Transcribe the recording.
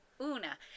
Una